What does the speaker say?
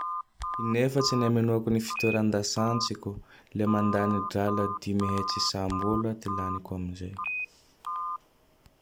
In'efatsy ny amenoako ny fitoeran-dasatsiko. Le mandany drala Dimy hetsy isam-bola ty laniko amizay.